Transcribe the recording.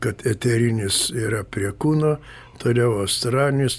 kad eterinis yra prie kūno tariau astranis